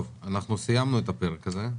סיימנו את הפרק הזה.